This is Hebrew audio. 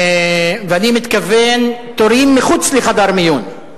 אני מתכוון לתורים מחוץ לחדר מיון,